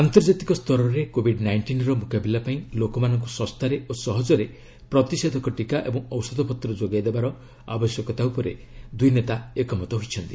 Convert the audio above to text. ଆନ୍ତର୍ଜାତିକ ସ୍ତରରେ କୋବିଡ୍ ନାଇଷ୍ଟିନ୍ର ମୁକାବିଲା ପାଇଁ ଲୋକମାନଙ୍କୁ ଶସ୍ତାରେ ଓ ସହଜରେ ପ୍ରତିଷେଧକ ଟିକା ଏବଂ ଔଷଧପତ୍ର ଯୋଗାଇ ଦେବାର ଆବଶ୍ୟକତା ଉପରେ ଦୁଇନେତା ଏକମତ ହୋଇଛନ୍ତି